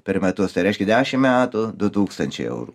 per metus tai reiškia dešim metų du tūkstančiai eurų